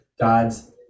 God's